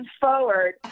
forward